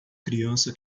criança